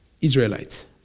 Israelites